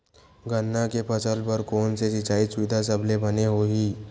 गन्ना के फसल बर कोन से सिचाई सुविधा सबले बने होही?